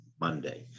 monday